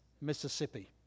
Mississippi